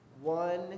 One